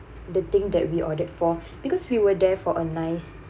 the thing that we ordered for because we were there for a nice